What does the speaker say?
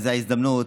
זאת ההזדמנות,